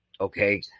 okay